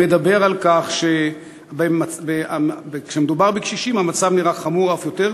מדבר על כך שכשמדובר בקשישים המצב נראה חמור אף יותר: